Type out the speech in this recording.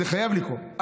זה חייב לקרות.